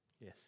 Yes